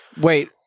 Wait